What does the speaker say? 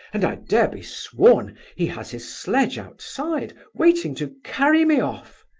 and i dare be sworn he has his sledge outside waiting to carry me off.